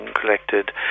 collected